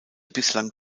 bislang